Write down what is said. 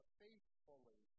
faithfully